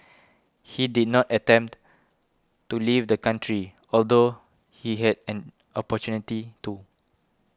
he did not attempt to leave the country although he had an opportunity to